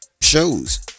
shows